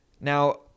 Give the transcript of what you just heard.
Now